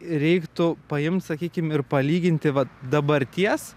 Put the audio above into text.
reiktų paimt sakykim ir palyginti vat dabarties